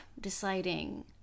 deciding